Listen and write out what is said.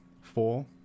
Four